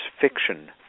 fiction